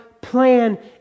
plan